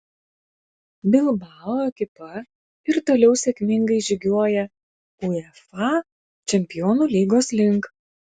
bilbao ekipa ir toliau sėkmingai žygiuoja uefa čempionų lygos link